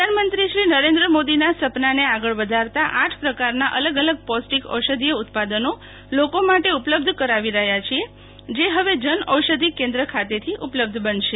પ્રધાનમંત્રી શ્રી નરેન્દ્ર મોદીના સપનાંને આગળ વધારતા આઠ પ્રકારના અલગ અલગ પૌષ્ટિક ઔષધીય ઉત્પાદનો લોકો માટે ઉપલબ્ધ કરાવી રહ્યા છીએ જે હવે જનઔષધિ કેન્દ્ર ખાતેથી ઉપલબ્ધ બનશે